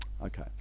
okay